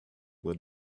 had